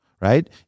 right